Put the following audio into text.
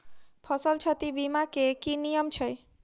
फसल क्षति बीमा केँ की नियम छै?